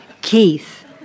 Keith